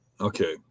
Okay